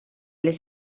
les